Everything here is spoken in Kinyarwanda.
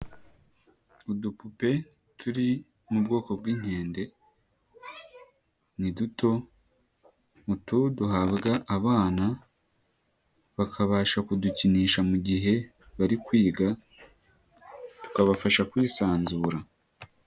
Udupope turi mu bwoko bw'inkende ni duto, utu duhabwabwa abana bakabasha kudukinisha mu gihe bari kwiga tukabafasha kwisanzura.